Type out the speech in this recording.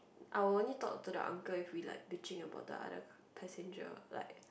I will only talk to the uncle if we like bitching about the other passenger like